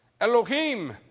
Elohim